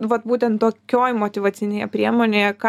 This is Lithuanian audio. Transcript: vat būtent tokioj motyvacinėje priemonėje ką